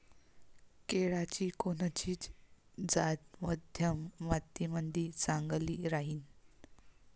केळाची कोनची जात मध्यम मातीमंदी चांगली राहिन?